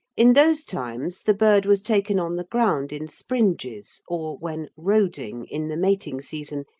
in those times the bird was taken on the ground in springes or, when roding in the mating season,